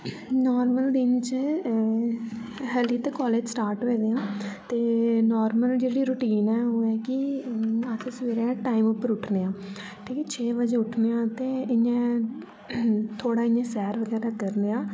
normal दिन च हाली ते कालेज स्टार्ट होए दे न ते नार्मल रूटीन ऐ ओह् ऐ कि अस सवेरे टाइम उप्पर उठने आं छे बजे उठने ते इ'यां थोह्ड़ा इ'यां सैर बगैरा करनेआ